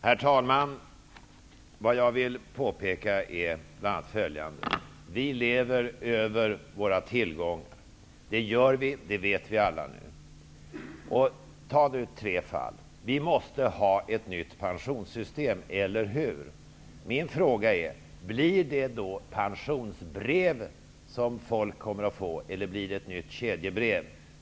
Herr talman! Vad jag vill påpeka är bl.a. följande. Vi lever över våra tillgångar. Det vet vi alla nu. Jag kan ta tre fall. Vi måste ha ett nytt pensionssystem, eller hur? Min fråga är: Blir det då pensionsbrev som folk kommer att få, eller blir det ett nytt kedjebrev?